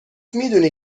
میدونی